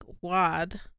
wad